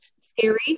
scary